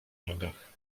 nogach